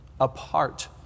apart